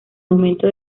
momento